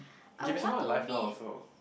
it can be someone alive now also